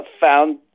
found